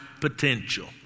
potential